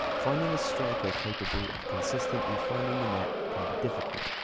finding a striker capable of consistently finding the net can be difficult,